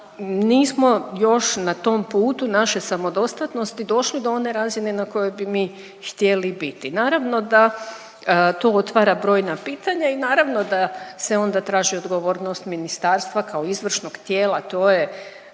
nismo još na tom putu naše samodostatnosti došli do one razine na kojoj bi mi htjeli biti. Naravno da to otvara brojna pitanja i naravno da se onda traži odgovornost ministarstva kao izvršnog tijela, to je